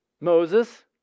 Moses